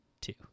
two